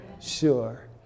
Sure